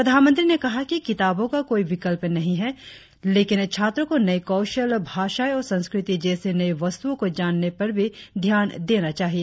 प्रधानमंत्री ने कहा कि किताबों का कोई विकल्प नही है लेकिन छात्रों को नए कौशल भाषाए और संस्कृति जैसी नई वस्तुओ को जानने पर भी ध्यान देना चाहिए